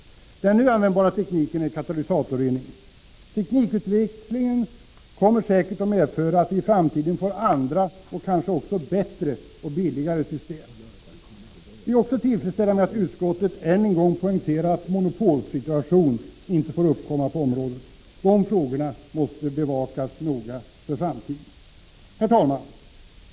Den nu användbara tekniken är katalysatorrening. Teknikutvecklingen kommer säkerligen att medföra att vi i framtiden får andra och kanske bättre och billigare system. Vi är också tillfredsställda med att utskottet än en gång poängterar att monopolsituation inte får uppkomma på området. De frågorna måste noga bevakas för framtiden. Herr talman!